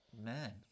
man